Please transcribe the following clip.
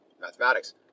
mathematics